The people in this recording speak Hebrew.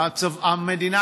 המדינה,